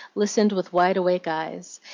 listened with wide-awake eyes,